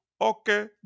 okay